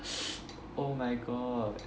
oh my god